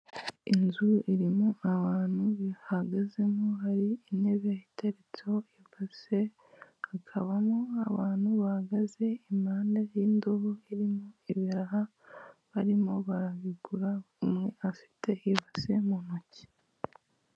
Inzu irimo abantu bahagazemo hari intebe iteretseho ibase hakabamo abantu bahagaze impande z'indobo irimo ibiraha barimo barabigura umwe afite ibase mu ntoki.